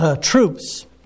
troops